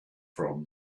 from